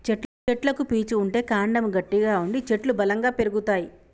చెట్లకు పీచు ఉంటే కాండము గట్టిగా ఉండి చెట్లు బలంగా పెరుగుతాయి